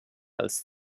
als